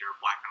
black